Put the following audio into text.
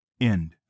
end